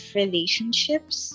relationships